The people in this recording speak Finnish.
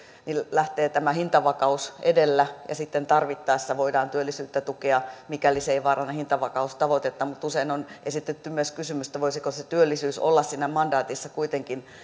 lähtee tämä hintavakaus edellä ja sitten tarvittaessa voidaan työllisyyttä tukea mikäli se ei vaaranna hintavakaustavoitetta mutta usein on esitetty myös kysymys voisiko se työllisyys olla siinä mandaatissa kuitenkin